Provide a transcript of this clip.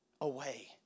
away